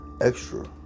extra